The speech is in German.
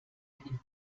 einen